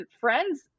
friends